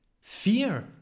fear